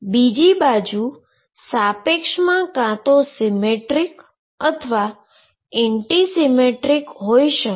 બીજી બાજુની સાપેક્ષમાં કાં તો સીમેટ્રીક અથવા તો એન્ટી સીમેટ્રીક હોઈ શકે